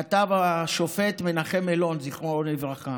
כתב השופט מנחם אלון, זכרו לברכה.